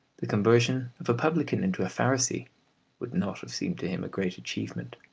the conversion of a publican into a pharisee would not have seemed to him a great achievement.